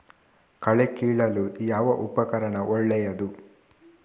ಕಳೆ ಕೀಳಲು ಯಾವ ಉಪಕರಣ ಒಳ್ಳೆಯದು?